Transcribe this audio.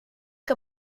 que